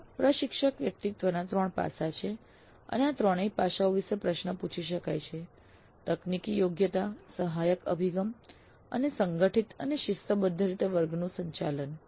આમ પ્રશિક્ષકના વ્યક્તિત્વના ત્રણ પાસાં છે અને આ ત્રણેય પાસાં વિશે પ્રશ્નો પૂછી શકાય છે તકનીકી યોગ્યતા સહાયક અભિગમ અને સંગઠિત અને શિસ્તબદ્ધ રીતે વર્ગનું સંચાલન